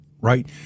right